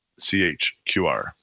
CHQR